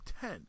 ten